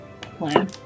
plan